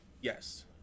Yes